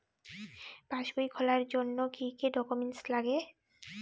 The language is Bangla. পাসবই খোলার জন্য কি কি ডকুমেন্টস লাগে?